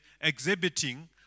exhibiting